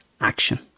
action